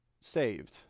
saved